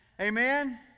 Amen